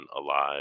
alive